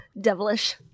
devilish